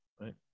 right